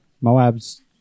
Moab's